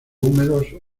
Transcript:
húmedos